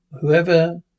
whoever